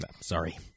Sorry